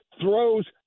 throws